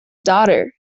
daughter